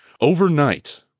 Overnight